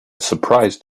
surprised